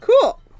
Cool